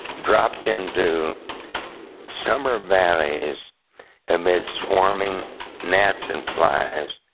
dropped into summer valleys amid swarming gnats and flies,